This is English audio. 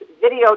video